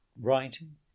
writing